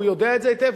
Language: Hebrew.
והוא יודע את זה היטב,